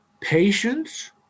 patience